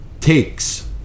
takes